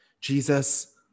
Jesus